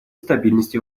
стабильности